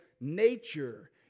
nature